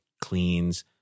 cleans